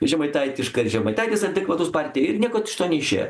žemaitaitiška ir žemaitaitis adekvatus partijai ir nieko iš to neišėjo